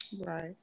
Right